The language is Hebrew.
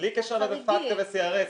בלי קשר לפטקא ו-CRS,